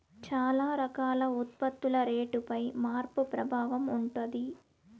చాలా రకాల ఉత్పత్తుల రేటుపై మార్పు ప్రభావం ఉంటది